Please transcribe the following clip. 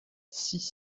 six